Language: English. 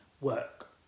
work